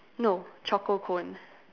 no choco cone